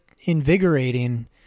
invigorating